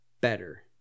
Better